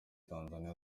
tanzania